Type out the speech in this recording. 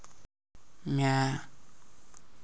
म्या